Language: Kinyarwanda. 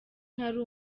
ntari